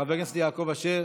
חבר הכנסת יעקב אשר,